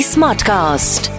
Smartcast